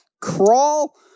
Crawl